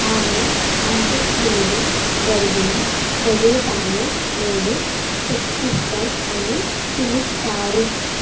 ఆమె అంత్యక్రియలు జరిగిన ప్రదేశాన్ని నేడు శక్తిస్థల్ అని పిలుస్తారు